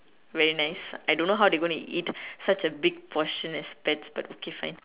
very nice I don't know how they going to eat such a big portion as pets but okay fine